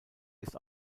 ist